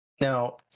Now